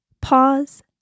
Pause